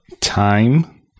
time